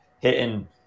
hitting